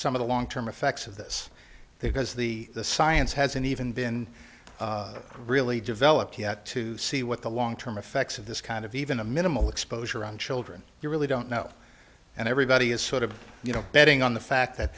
some of the long term effects of this because the science hasn't even been really developed yet to see what the long term effects of this kind of even a minimal exposure on children you really don't know and everybody is sort of you know betting on the fact that